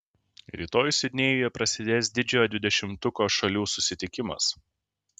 rytoj sidnėjuje prasidės didžiojo dvidešimtuko šalių susitikimas